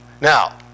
Now